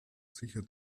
sicher